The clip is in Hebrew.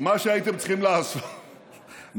שהייתם צריכים לעשות